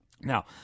Now